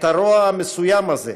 את הרוע המסוים הזה,